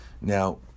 Now